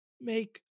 make